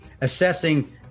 assessing